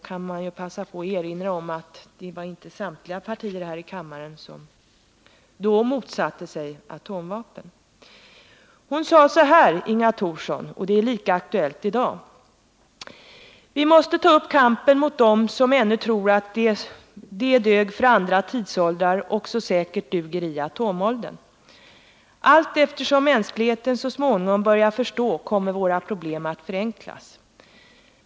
Man kan passa på att erinra om att det då inte var samtliga partier här i kammaren som motsatte sig atomvapen. Det Inga Thorsson sade är lika aktuellt i dag, och hon sade så här: Vi måste ta upp kampen mot dem som ännu tror att det som dög för andra tidsåldrar också säkert duger i atomåldern. Allteftersom mänskligheten så småningom börjar förstå kommer våra problem att förenklas.